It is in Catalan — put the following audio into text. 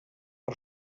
per